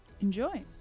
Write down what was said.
Enjoy